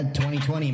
2020